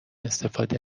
استفاده